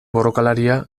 borrokalaria